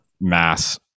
mass